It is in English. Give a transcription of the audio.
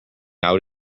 out